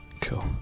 Cool